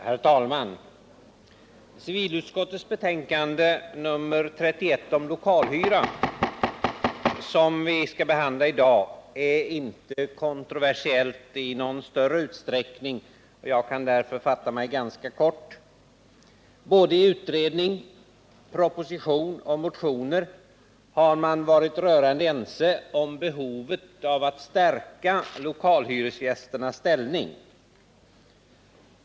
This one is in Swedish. Herr talman! Civilutskottets betänkande nr 32 om lokalhyra, som vi skall behandla i dag, är inte kontroversiellt i någon större utsträckning. Jag kan därför fatta mig ganska kort. I både utredning, proposition och motioner har man varit rörande ense om behovet av att stärka lokalhyresgästernas ställning.